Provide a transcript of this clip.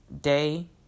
day